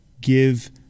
give